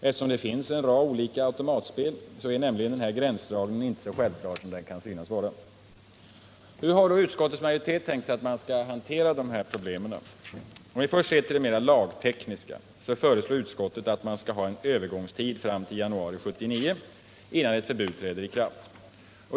Eftersom det finns en rad olika automatspel är nämligen den gränsdragningen inte så självklar som den kan synas vara. Hur har då utskottets majoritet tänkt sig att man skall hantera dessa problem? Om vi först ser till det mera lagtekniska, så föreslår utskottet att man skall ha en övergångstid fram till januari 1979 innan ett förbud träder i kraft.